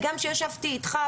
אני שואלת כדי --- אני מצטער,